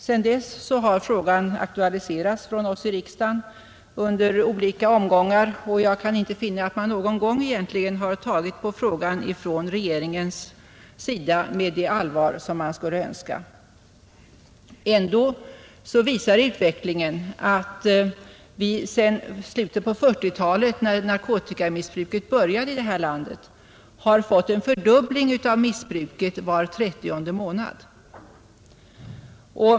Sedan dess har frågan aktualiserats från oss i riksdagen i olika omgångar, och jag kan inte finna att regeringen egentligen någon gång har tagit på frågan med det allvar man skulle önska. Ändå visar utvecklingen att missbruket sedan slutet av 1940-talet, när narkotikamissbruket började i det här landet, har fördubblats var trettionde månad.